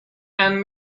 and